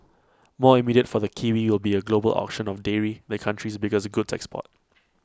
more immediate for the kiwi will be A global auction of dairy the country's biggest goods export